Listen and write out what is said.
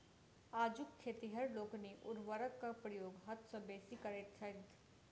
आजुक खेतिहर लोकनि उर्वरकक प्रयोग हद सॅ बेसी करैत छथि